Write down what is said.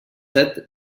set